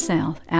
South